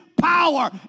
power